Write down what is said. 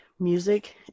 music